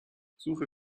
suche